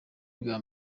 bwa